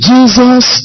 Jesus